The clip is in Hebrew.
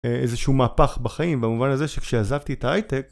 איזה שהוא מהפך בחיים במובן הזה שכשעזבתי את ההייטק